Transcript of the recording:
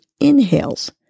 inhales